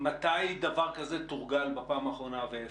מתי דבר כזה תורגל בפעם האחרונה, ואיפה?